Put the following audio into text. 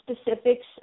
specifics